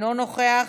אינו נוכח,